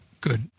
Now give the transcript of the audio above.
good